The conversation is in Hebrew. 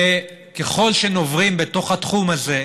וככל שנוברים בתוך התחום הזה,